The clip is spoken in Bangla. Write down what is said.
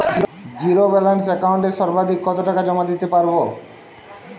জীরো ব্যালান্স একাউন্টে সর্বাধিক কত টাকা জমা দিতে পারব?